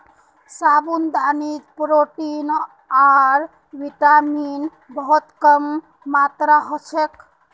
साबूदानात प्रोटीन आर विटामिन बहुत कम मात्रात ह छेक